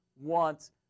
wants